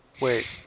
wait